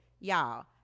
Y'all